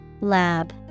Lab